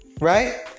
Right